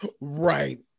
Right